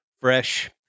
fresh